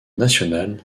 national